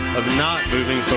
of not moving